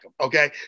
okay